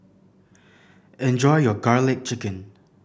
enjoy your Garlic Chicken